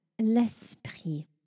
l'esprit